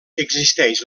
existeix